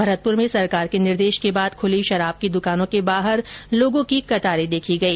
भरतपूर में सरकार के निर्देश के बाद खुली शराब की दुकानों के बाहर लोगों की कतारे देखी गई